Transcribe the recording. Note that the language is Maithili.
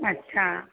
अच्छा